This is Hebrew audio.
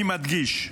אני מדגיש,